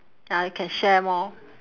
ah you can share more